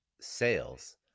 sales